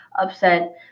upset